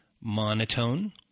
monotone